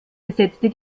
besetzte